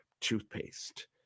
toothpaste